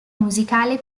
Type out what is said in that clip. musicale